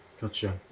Gotcha